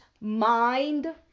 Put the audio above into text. mind